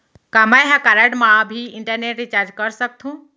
का मैं ह कारड मा भी इंटरनेट रिचार्ज कर सकथो